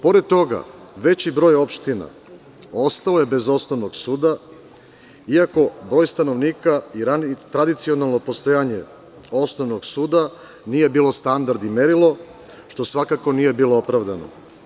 Pored toga, veći broj opština ostao je bez osnovnog suda, iako broj stanovnika i tradicionalno postojanje osnovnog suda nije bilo standard i merilo, što svakako nije bilo opravdano.